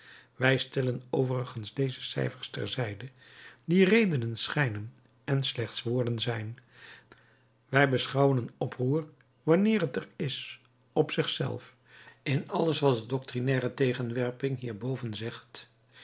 wij stellen overigens deze cijfers ter zijde die redenen schijnen en slechts woorden zijn wij beschouwen een oproer wanneer het er is op zich zelf in alles wat de doctrinaire tegenwerping hierboven zegt